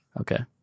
Okay